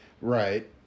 Right